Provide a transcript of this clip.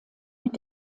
mit